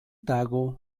tago